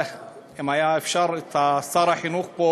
אם אין למשרד החינוך אפילו עמדה מוסרית לבוא